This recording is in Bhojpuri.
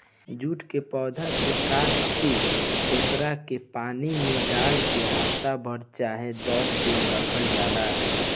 जूट के पौधा के काट के ओकरा के पानी में डाल के हफ्ता भर चाहे दस दिन रखल जाला